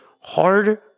hard